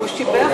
הוא שיבח אותך,